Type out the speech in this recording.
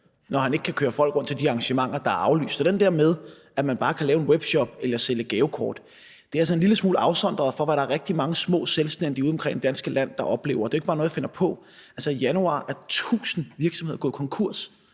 når han ikke kan køre folk rundt til de arrangementer, der er aflyst. Så den der med, at man bare kan lave en webshop eller sælge gavekort, er altså en lille smule afsondret fra, hvad der er rigtig mange små selvstændige ude omkring i det danske land der oplever. Det er ikke bare noget, jeg finder på. I januar er 1.000 virksomheder gået konkurs.